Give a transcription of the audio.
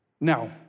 Now